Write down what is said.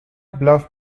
bluff